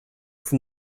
from